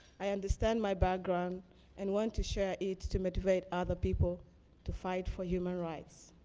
i understand my background and want to share it to motivate other people to fight for human rights.